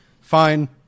fine